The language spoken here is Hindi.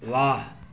वाह